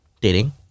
dating